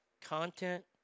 content